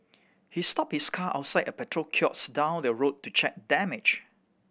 he stop his car outside a petrol kiosk down the road to check damage